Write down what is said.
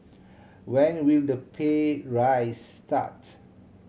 when will the pay raise start